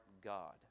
God